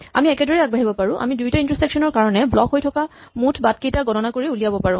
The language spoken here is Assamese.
আমি একেদৰেই আগবাঢ়িব পাৰো আমি দুয়োটা ইন্টাছেকচন ৰ কাৰণে ব্লক হৈ থকা মুঠ বাটকেইটা গণনা কৰি উলিয়াব পাৰো